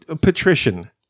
patrician